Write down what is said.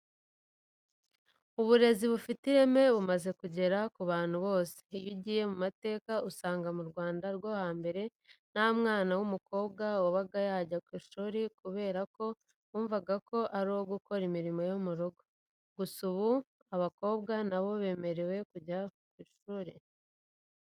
Uburezi bufite ireme bumaze kugera ku bantu bose. Iyo ugiye mu mateka usanga mu Rwanda rwo hambere nta mwana w'umukobwa wabaga yajya ku ishuri kubera ko bumvaga ko ari uwo gukora imirimo yo mu rugo. Gusa ubu abakobwa na bo bemerewe kujya ku ishuri.